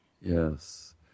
Yes